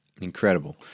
Incredible